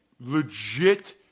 legit